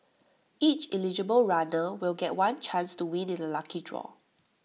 each eligible runner will get one chance to win in A lucky draw